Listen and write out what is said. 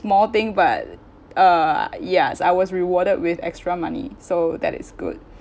small thing but uh yes I was rewarded with extra money so that is good